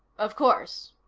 of course,